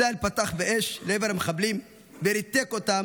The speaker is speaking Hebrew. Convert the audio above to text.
ישראל פתח באש לעבר המחבלים וריתק אותם